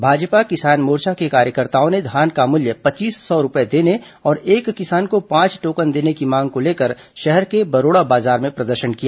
भाजपा किसान मोर्चा के कार्यकर्ताओं ने धान का मूल्य पच्चीस सौ रूपए देने और एक किसान को पांच टोकन देने की मांग को लेकर शहर के बरोड़ा बाजार में प्रदर्शन किया